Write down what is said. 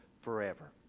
forever